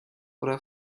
oder